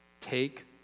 take